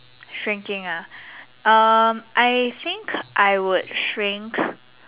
shrinking ah err I think I would shrink